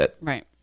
Right